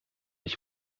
ich